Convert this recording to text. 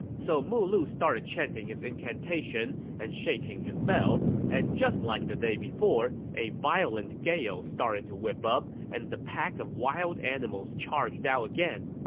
so mulu started chanting his incantation and shaking his bell. and just like the day before, a violent gale started to whip up, and the pack of wild animals charged out again.